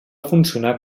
funcionar